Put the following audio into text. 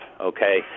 okay